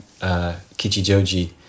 Kichijoji